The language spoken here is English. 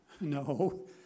No